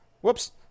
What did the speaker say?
Whoops